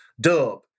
Dub